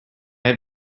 have